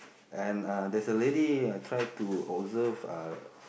and uh there's a lady try to observe uh